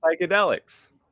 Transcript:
psychedelics